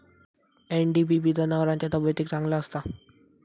NDBB जनावरांच्या तब्येतीक चांगला असता